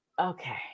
okay